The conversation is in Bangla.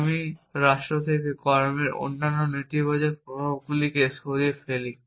আমি রাষ্ট্র থেকে কর্মের অন্যান্য নেতিবাচক প্রভাবগুলিকে সরিয়ে ফেলি